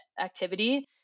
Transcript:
activity